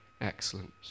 excellence